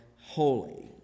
holy